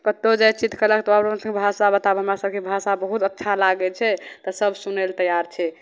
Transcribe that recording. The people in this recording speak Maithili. कतहु जाइ छिए तऽ कहलक तोँ अपन सभकेँ भाषा बताबऽ हमरा सभकेँ भाषा बहुत अच्छा लागै छै तऽ सब सुनै ले तैआर छै